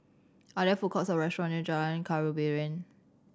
are there food courts or restaurants near Jalan Khairuddin